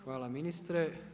Hvala ministre.